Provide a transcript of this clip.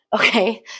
Okay